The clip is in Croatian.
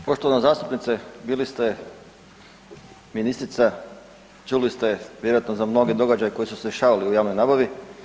Poštovana zastupnice, bili ste ministrica, čuli ste vjerojatno za mnoge događaje koji su se dešavali u javnoj nabavi.